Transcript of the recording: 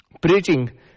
preaching